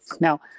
Now